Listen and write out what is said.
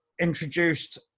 introduced